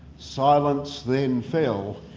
silence then fell,